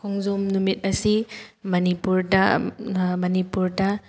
ꯈꯣꯡꯖꯣꯝ ꯅꯨꯃꯤꯠ ꯑꯁꯤ ꯃꯅꯤꯄꯨꯔꯗ ꯃꯅꯤꯄꯨꯔꯗ